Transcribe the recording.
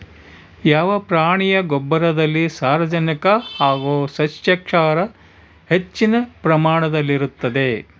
ಯಾವ ಪ್ರಾಣಿಯ ಗೊಬ್ಬರದಲ್ಲಿ ಸಾರಜನಕ ಹಾಗೂ ಸಸ್ಯಕ್ಷಾರ ಹೆಚ್ಚಿನ ಪ್ರಮಾಣದಲ್ಲಿರುತ್ತದೆ?